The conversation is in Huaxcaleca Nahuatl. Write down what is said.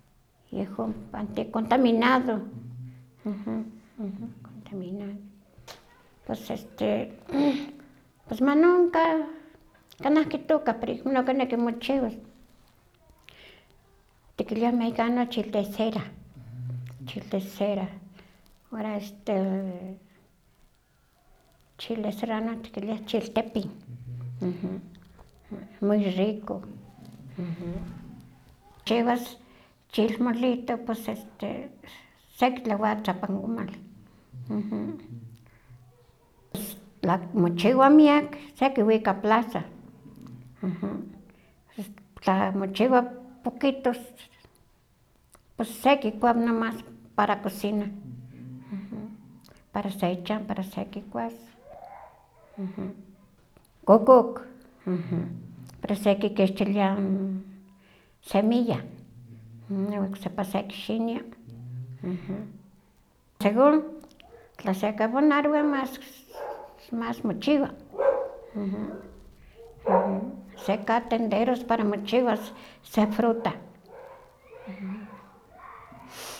Yehon kipantia contaminado, contaminado pos este pos manon ka- kanah kitokah pero aikanah kineki mochiwas, tikiliah ik mexicano chile cera, chile cera, ora este chile serano tikiliah chiltepin, muy rico, kchiwas chilmotito pues este sekitlewatza pan komal, tla mochiwa miak sekiwika plaza, tla mochiwa pokitos pos sekikua nomas para cocina, para se ichan para se kikuas, kokok, pero sekikixtilia semilla, iwan oksepa sekixinia, según tla sekabonarowa maske mas mochiwa, sekatenderos para mochiwas se fruta.